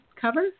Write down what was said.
cover